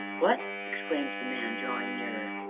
what, exclaimed the man, drawing nearer,